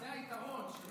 זה היתרון.